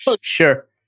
sure